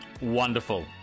Wonderful